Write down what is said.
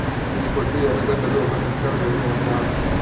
ఈపొద్దు ఎర్రగడ్డలు ఒక క్వింటాలు రేటు ఎంత?